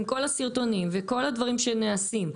עם כל הסרטונים וכל הדברים שנעשים,